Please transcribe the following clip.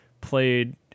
played